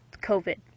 COVID